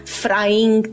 frying